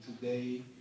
today